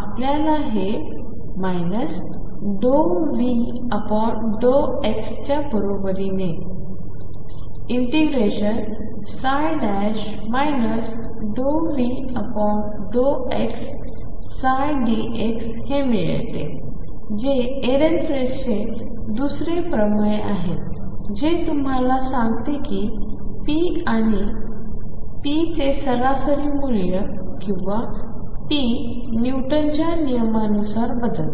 आपल्याला हे ⟨ ∂V∂x⟩ च्या बरोबरीने ∂V∂xψ dx हे मिळते जे एरेनफेस्ट चे दुसरे प्रमेय आहे जे तुम्हाला सांगते की p चे सरासरी मूल्य किंवा ⟨p⟩ न्यूटनच्या नियमांनुसार बदलते